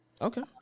Okay